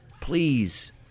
please